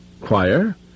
Choir